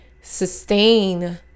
sustain